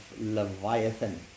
Leviathan